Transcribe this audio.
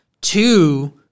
two